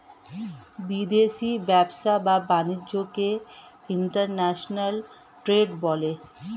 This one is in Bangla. বিদেশি ব্যবসা বা বাণিজ্যকে ইন্টারন্যাশনাল ট্রেড বলে